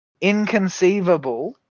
inconceivable